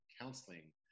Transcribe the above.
counseling